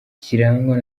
kirangwa